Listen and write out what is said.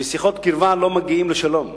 משיחות קרבה לא מגיעים לשלום.